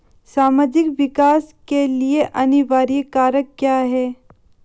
सामाजिक विकास के लिए अनिवार्य कारक क्या है?